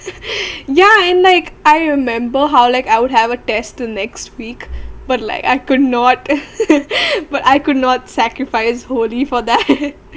yeah and like I remember how like I would have a test till next week but like I could not but I could not sacrifice holy for that